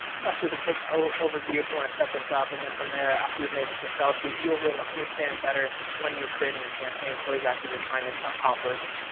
that's just a quick overview if you want to set this up and then from there after you've made this excel sheet you'll be able to understand better when you're creating your campaigns what exactly you're trying to accomplish.